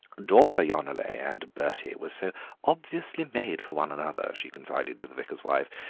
dora yonelet and bertie were so obviously made for one another, she confided to the vicar's wife,